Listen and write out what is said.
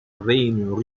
regno